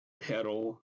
pedal